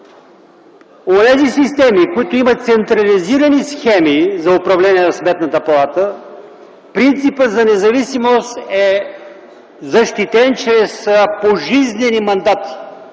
онези системи, които имат централизирани схеми за управление на Сметната палата, принципът за независимост е защитен чрез пожизнени мандати.